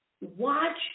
watch